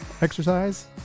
exercise